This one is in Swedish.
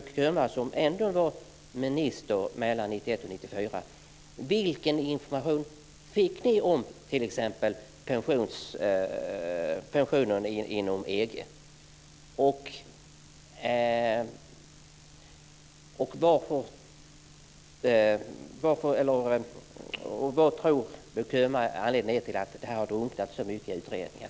Könberg om t.ex. pensionerna inom EG? Vad tror Bo Könberg är anledningen till att detta har drunknat i utredningar?